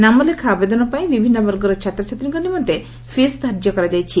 ନାମଲେଖା ଆବେଦନ ପାଇଁ ବିଭିନ୍ନ ବର୍ଗର ଛାତ୍ରୀଙ୍କ ନିମନ୍ତେ ଫିସ୍ ଧାର୍ଯ୍ୟ କରାଯାଇଛି